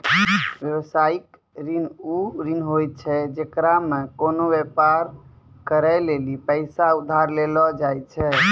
व्यवसायिक ऋण उ ऋण होय छै जेकरा मे कोनो व्यापार करै लेली पैसा उधार लेलो जाय छै